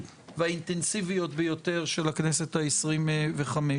והאינטנסיביות ביותר של הכנסת העשרים-וחמש.